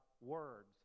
words